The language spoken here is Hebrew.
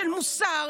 של מוסר,